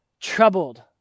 troubled